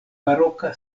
baroka